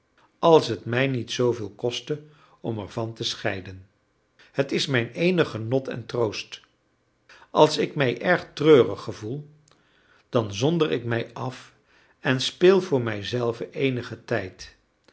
als het mij niet zooveel kostte om ervan te scheiden het is mijn eenig genot en troost als ik mij erg treurig gevoel dan zonder ik mij af en speel voor mezelf eenigen tijd